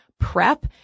Prep